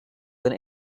than